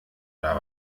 oder